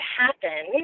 happen